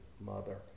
mother